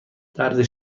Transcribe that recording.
درد